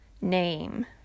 Name